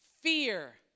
fear